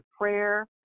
prayer